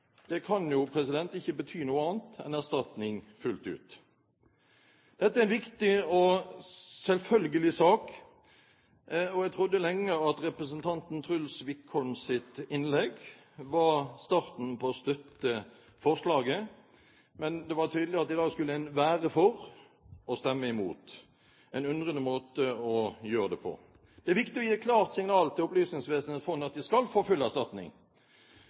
Det kan jo ikke bety noe annet enn erstatning fullt ut. Dette er en viktig og selvfølgelig sak. Jeg trodde lenge at representanten Truls Wickholms innlegg var starten på å støtte forslaget, men det var tydelig at i dag skulle en være for og stemme imot – en underlig måte å gjøre det på. Det er viktig å gi et klart signal til Opplysningsvesenets fond, at de skal få full erstatning.